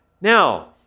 Now